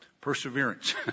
Perseverance